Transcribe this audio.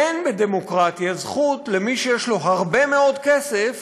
אין בדמוקרטיה זכות למי שיש לו הרבה מאוד כסף